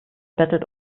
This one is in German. bettelt